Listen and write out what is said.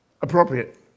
appropriate